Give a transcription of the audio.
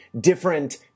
Different